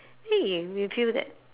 !hey! you will feel that